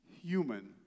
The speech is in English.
human